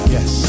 Yes